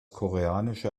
koreanische